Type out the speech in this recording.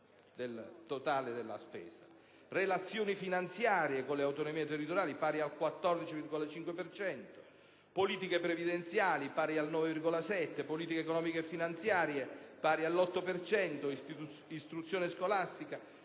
del totale della spesa; relazioni finanziarie con le autonomie territoriali, pari al 14,5 per cento; politiche previdenziali, pari al 9,7 per cento; politiche economiche e finanziarie, pari all'8 per cento; istruzione scolastica,